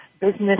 business